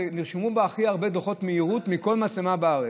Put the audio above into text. שנרשמו בה הכי הרבה דוחות מהירות מכל מצלמה בארץ,